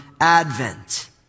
Advent